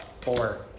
Four